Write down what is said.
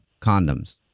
condoms